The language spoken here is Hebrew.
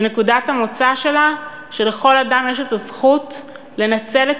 שנקודת המוצא שלה היא שלכל אדם יש הזכות לנצל את